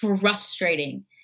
frustrating